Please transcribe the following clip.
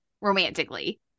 romantically